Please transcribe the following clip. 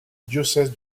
diocèse